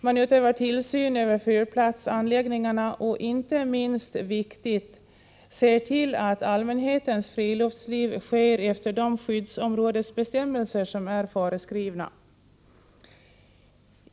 Man utövar tillsyn över fyrplatsanläggningarna — och inte minst viktigt — ser till att allmänhetens friluftsliv sker efter de skyddsområdesbestämmelser som är föreskrivna.